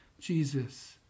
Jesus